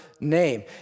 name